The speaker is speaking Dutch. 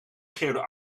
schreeuwde